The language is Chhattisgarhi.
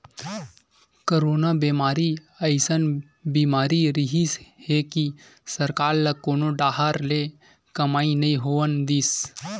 करोना बेमारी अइसन बीमारी रिहिस हे कि सरकार ल कोनो डाहर ले कमई नइ होवन दिस